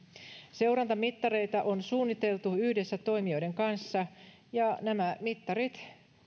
seurantamittareita on suunniteltu yhdessä toimijoiden kanssa ja nämä mittarit